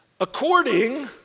according